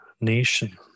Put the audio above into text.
nation